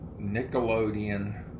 Nickelodeon